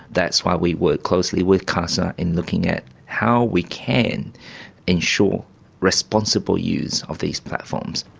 that's why we work closely with casa in looking at how we can ensure responsible use of these platforms.